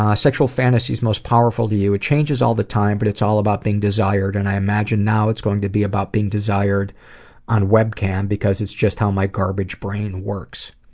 um sexual fantasies most powerful to you it changes all the time, but it's all about being desired, and i imagine now it's going to be about being desired on web cam, because it's just how my garbage brain works.